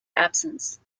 absence